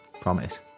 Promise